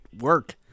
work